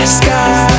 sky